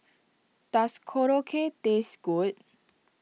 does Korokke taste good